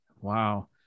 wow